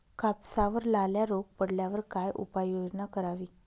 कापसावर लाल्या रोग पडल्यावर काय उपाययोजना करावी?